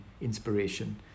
inspiration